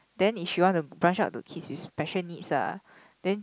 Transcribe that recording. then if she want to brush up to kids with special needs lah then